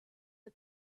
for